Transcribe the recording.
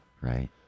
Right